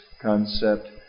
concept